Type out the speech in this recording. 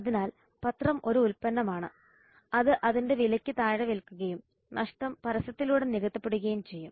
അതിനാൽ പത്രം ഒരു ഉൽപ്പന്നമാണ് അത് അതിന്റെ വിലയ്ക്ക് താഴെ വിൽക്കുകയും നഷ്ടം പരസ്യത്തിലൂടെ നികത്തപ്പെടുകയും ചെയ്യും